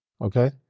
okay